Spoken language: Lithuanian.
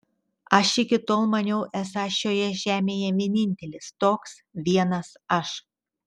aš iki tol maniau esąs šioje žemėje vienintelis toks vienas aš